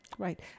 Right